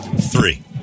Three